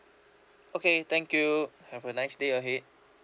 okay thank you have a nice day ahead